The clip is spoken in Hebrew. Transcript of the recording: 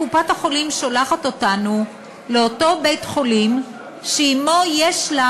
קופת-החולים שולחת אותנו לאותו בית-חולים שעמו יש לה